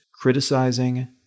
criticizing